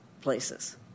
places